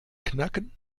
knacken